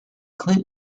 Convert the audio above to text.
clint